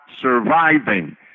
surviving